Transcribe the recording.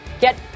Get